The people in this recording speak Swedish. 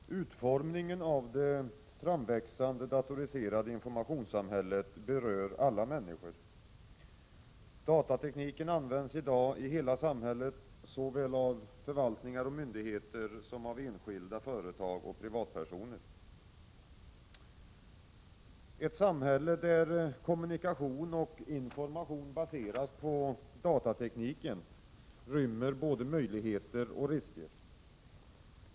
Herr talman! Utformningen av det framväxande datoriserade informationssamhället berör alla människor. Datatekniken används i dag i hela samhället, såväl av förvaltningar och myndigheter som av enskilda företag och privatpersoner. Ett samhälle där kommunikation och information baseras på datatekniken rymmer både möjligheter och risker.